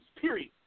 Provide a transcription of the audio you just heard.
period